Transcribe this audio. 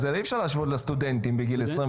זה אי אפשר להשוות לסטודנטים בגיל 23,